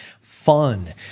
fun